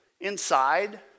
inside